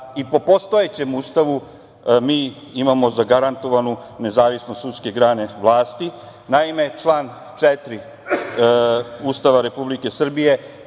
i po postojećem Ustavu mi imamo zagarantovanu nezavisnost sudske grane vlasti. Naime, član 4. Ustava Republike Srbije